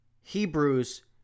Hebrews